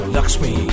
Lakshmi